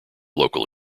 local